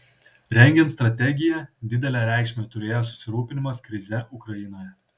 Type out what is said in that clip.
rengiant strategiją didelę reikšmę turėjo susirūpinimas krize ukrainoje